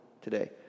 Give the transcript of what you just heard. today